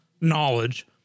knowledge